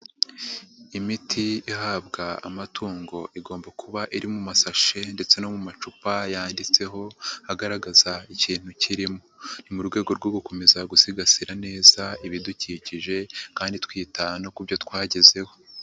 Imiti ihabwa amatungo igomba kuba iri mu masashe ndetse no mu macupa yanditseho agaragaza ikintu kirimo. Ni mu rwego rwo gukomeza gusigasira neza ibidukikije kandi twitaye no ku byo twagezeho.